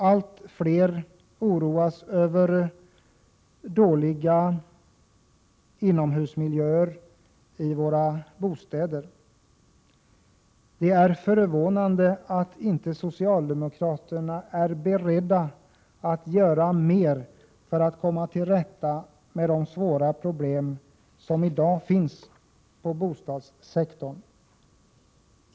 Allt fler människor oroar sig över den dåliga inomhusmiljön i våra bostäder. Det är förvånande att socialdemokraterna inte är beredda att göra mer för att komma till rätta med de svåra problem som i dag finns på bostadssektorn.